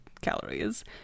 calories